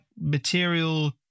material